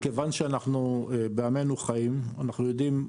מכיוון שאנחנו בעמנו חיים אנחנו יודעים,